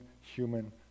human